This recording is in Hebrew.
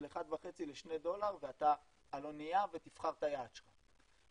אחד וחצי לשני דולר ואתה על אונייה ותבחר את היעד שלך.